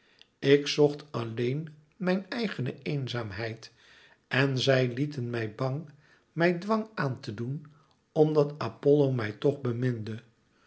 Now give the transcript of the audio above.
ik zocht alleen mijn eigene eenzaamheid en zij lieten mij bang mij dwang aan te doen omdat apollo mij toch beminde